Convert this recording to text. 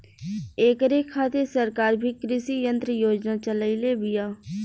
ऐकरे खातिर सरकार भी कृषी यंत्र योजना चलइले बिया